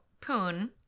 Poon